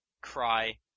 Cry